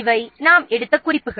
இவை நாம் எடுத்த குறிப்புகள்